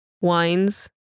wines